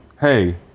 hey